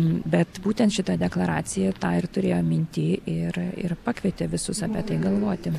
bet būtent šita deklaracija tą ir turėjo minty ir ir pakvietė visus apie tai galvoti